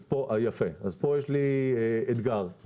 פה יש לי אתגר.